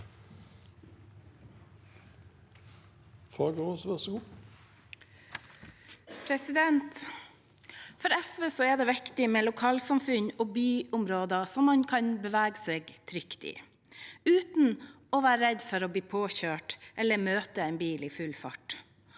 For SV er det viktig med lokalsamfunn og byområder som man kan bevege seg trygt i, uten å være redd for å bli påkjørt eller møte en bil i full fart.